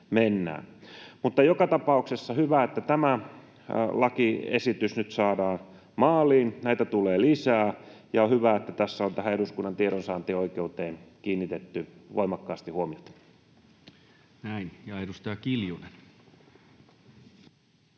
Mutta joka tapauksessa on hyvä, että tämä lakiesitys nyt saadaan maaliin. Näitä tulee lisää, ja on hyvä, että tässä on tähän eduskunnan tiedonsaantioikeuteen kiinnitetty voimakkaasti huomiota. Näin. — Ja edustaja Kiljunen.